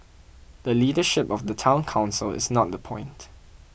the leadership of the Town Council is not the point